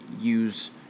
use